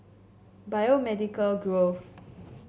Biomedical Grove